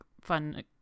fun